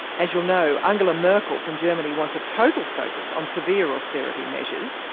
as you'll know, angela merkel from germany wants a total focus on severe austerity measures,